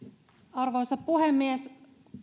arvoisa puhemies